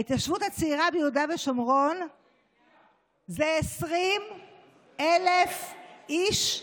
ההתיישבות הצעירה ביהודה ושומרון זה 20,000 איש,